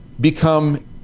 become